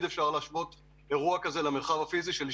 אפשר להשוות את זה לשליחת ניידת באירוע פיזי.